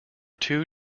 two